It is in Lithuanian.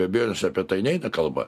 be abejonės apie tai neina kalba